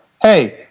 hey